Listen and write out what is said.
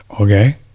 Okay